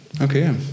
Okay